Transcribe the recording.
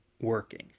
working